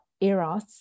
eros